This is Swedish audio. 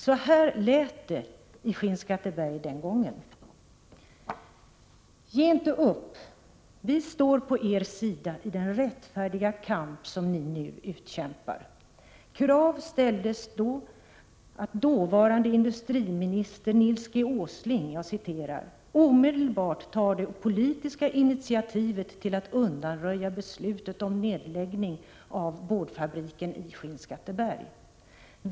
Så här lät det i Skinnskatteberg den gången: ”Ge inte upp - vi står på er sida i den rättfärdiga kamp som ni nu utkämpar.” Krav ställdes att dåvarande industriministern Nils G Åsling ”omedelbart tar det politiska initiativet till att undanröja beslutet om nedläggning av boardfabriken i Skinnskatteberg”.